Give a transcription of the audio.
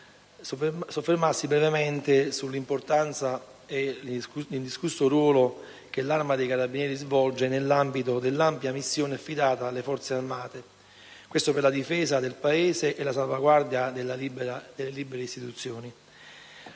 soffermarmi brevemente sull'importante e indiscusso ruolo che l'Arma dei carabinieri svolge nell'ambito dell'ampia missione affidata alle Forze armate per la difesa del Paese e la salvaguardia delle libere istituzioni.